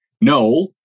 No